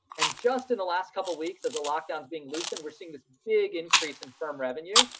and just in the last couple of weeks as the lockdown is being loosened, we're seeing this big increase in firm revenue.